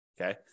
Okay